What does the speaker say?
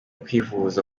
kwivuza